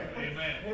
Amen